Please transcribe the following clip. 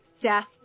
death